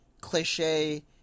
cliche-